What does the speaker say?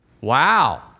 Wow